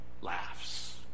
laughs